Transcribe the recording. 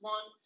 One